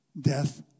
death